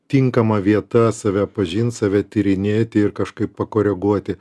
tinkama vieta save pažint save tyrinėti ir kažkaip pakoreguoti